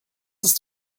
ist